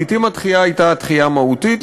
לעתים הדחייה הייתה דחייה מהותית,